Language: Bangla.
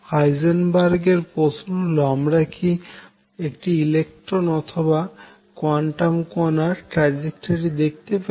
হাইজেনবার্গ এর প্রশ্ন হল আমরা কি একটি ইলেকট্রন অথবা কোয়ান্টাম কোনার এর ট্রাজেক্টরি দেখতে পাই